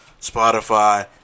Spotify